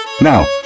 Now